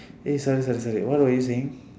eh sorry sorry sorry what were you saying